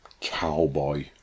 Cowboy